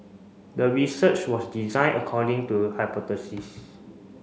the research was design according to hypothesis